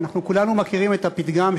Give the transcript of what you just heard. אנחנו כולנו מכירים את הפתגם,